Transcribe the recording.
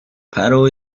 paddle